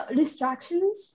distractions